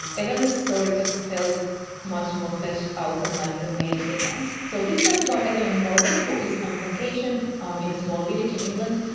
evelyn's story just felt much more fleshed out and like the main event. so this tells about evelyn morgan who is on vacation um in a small village in england,